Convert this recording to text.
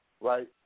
right